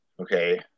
Okay